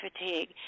fatigue